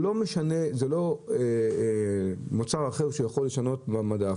זה לא מוצר אחר שהוא יכול לשנות במדף,